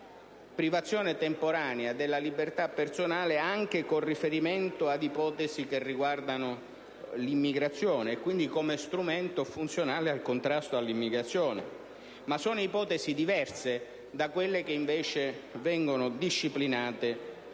privazione temporanea della libertà personale e lo fa anche con riferimento ad ipotesi che riguardano l'immigrazione clandestina, quindi come strumento funzionale al contrasto a tale fenomeno. Ma queste ultime sono ipotesi diverse da quelle che invece vengono disciplinate